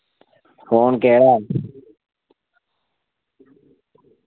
phone केह्ड़ा ऐ